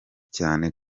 cyane